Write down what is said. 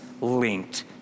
linked